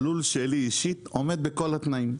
שהלול שלי אישית עומד בכל התנאים.